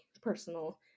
personal